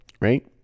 right